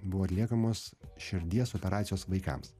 buvo atliekamos širdies operacijos vaikams